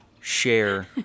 share